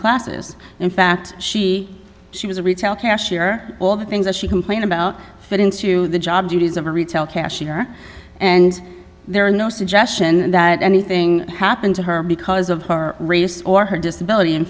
classes in fact she she was a retail cashier all the things that she complained about fit into the job duties of a retail cashier and there is no suggestion that anything happened to her because of her race or her disability in